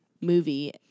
movie